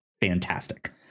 fantastic